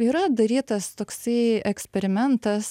yra darytas toksai eksperimentas